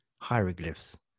hieroglyphs